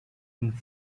and